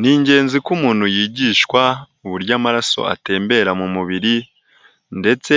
Ni ingenzi ko umuntu yigishwa, uburyo amaraso atembera mu mubiri ndetse